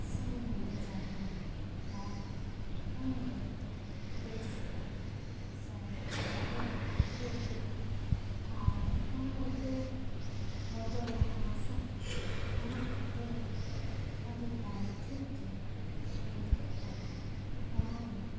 ᱥᱤᱝ ᱧᱤᱸᱫᱟᱭ ᱡᱟᱹᱲᱤᱭᱟᱭ ᱫᱟᱜᱟᱭ ᱩᱱ ᱫᱚ ᱵᱮᱥ ᱜᱮ ᱥᱮ ᱵᱷᱟᱜᱮ ᱜᱤ ᱟᱭᱠᱟᱹᱜᱼᱟ ᱟᱨ ᱚᱱᱟ ᱨᱤᱛᱩ ᱵᱚᱫᱚᱞ ᱟᱠᱟᱱᱟ ᱥᱮ ᱚᱱᱟ ᱠᱷᱟᱹᱛᱤᱨ ᱜᱮ ᱟᱹᱰᱤ ᱵᱟᱝ ᱴᱷᱤᱠ ᱜᱤ ᱟᱭᱠᱟᱜ ᱠᱟᱱᱟ ᱚᱱᱟ ᱜᱮ